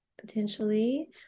potentially